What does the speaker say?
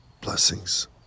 blessings